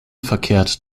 verkehrt